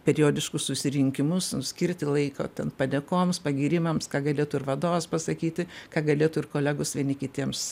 periodiškus susirinkimus nu skirti laiko ten padėkoms pagyrimams ką galėtų ir vadovas pasakyti ką galėtų ir kolegos vieni kitiems